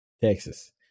Texas